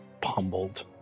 pummeled